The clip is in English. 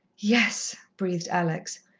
yes, breathed alex,